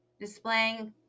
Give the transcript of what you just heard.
Displaying